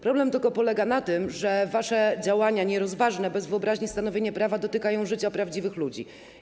Problem polega tylko na tym, że wasze działania nierozważne - bez wyobraźni stanowienie prawa - dotykają życia prawdziwych ludzi.